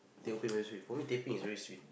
teh O peng very sweet for me teh peng is very sweet